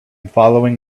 following